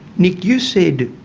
nick, you said,